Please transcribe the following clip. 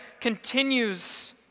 continues